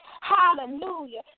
Hallelujah